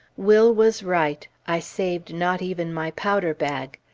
will was right. i saved not even my powder-bag.